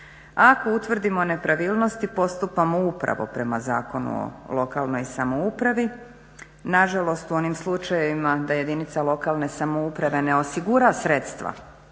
Ako utvrdimo nepravilnosti postupamo upravo prema Zakonu o lokalna samoupravi. Nažalost u onim slučajevima da jedinica lokalne samouprave ne osigura sredstva